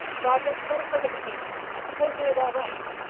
brodrick, let us look at the paper. i suppose it is all right.